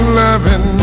loving